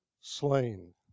slain